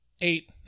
Eight